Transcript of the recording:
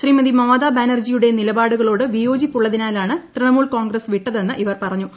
ശ്രീമതി മമത ബാനർജിയുടെ നിലപാടുകളോട് വിയോജിപ്പുള്ളതിനാലാണ് തൃണമൂൽ കോൺഗ്രസ് വിട്ടതെന്ന് ഇവർ പറഞ്ഞു